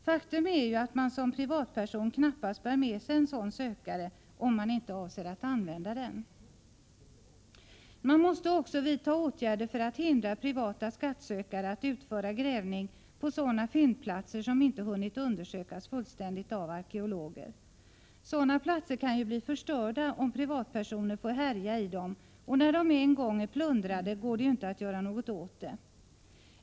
Faktum är ju att man som privatperson knappast bär med sig en sådan sökare, om man inte avser att använda den. Man måste också vidta åtgärder för att hindra privata skattsökare att utföra grävning på sådana fyndplatser som inte hunnit undersökas fullständigt av arkeologer. Sådana platser kan ju bli förstörda, om privatpersoner får härja i dem, och när de en gång är plundrade går det ju inte att göra något åt det.